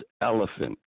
elephant